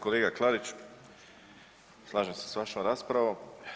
Kolega Klariću, slažem se sa vašom raspravom.